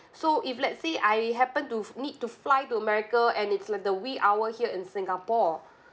so if let's say I happen to need to fly to america and it's the the wee hour here in singapore